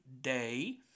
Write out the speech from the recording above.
day